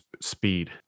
speed